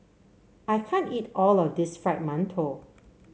I can't eat all of this Fried Mantou